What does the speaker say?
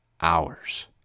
hours